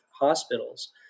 hospitals